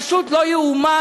פשוט לא ייאמן.